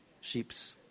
Sheep's